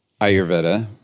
Ayurveda